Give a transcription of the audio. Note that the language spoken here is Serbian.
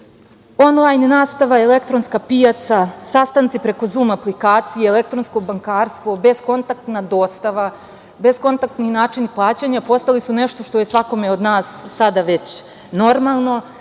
lajn nastava i elektronska pijaca, sastanci preko „Zum aplikacije“ i elektronsko bankarstvo, beskontaktna dostava, beskontaktni načini plaćanja, postali su nešto što je svakome od nas sada već normalno.